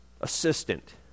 assistant